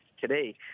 today